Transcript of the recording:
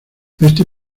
este